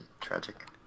tragic